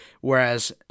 whereas